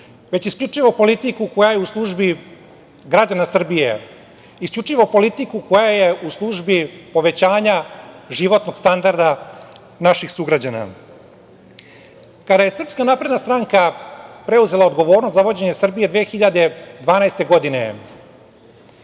već isključivo politiku koja je u službi građana Srbije, isključivo politiku koja je u službi povećanja životnog standarda naših sugrađana. Kada je SNS preuzela odgovornost za vođenje Srbije 2012. godine,